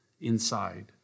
inside